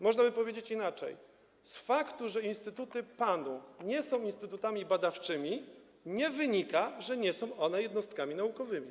Można by powiedzieć inaczej - z faktu, że instytuty PAN nie są instytutami badawczymi, nie wynika, że nie są one jednostkami naukowymi.